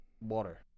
water